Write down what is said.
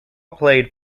played